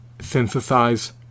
synthesize